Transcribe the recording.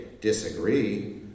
disagree